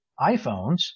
iPhones